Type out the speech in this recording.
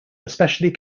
especially